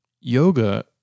yoga